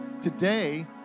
Today